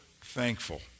thankful